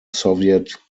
soviet